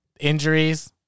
Injuries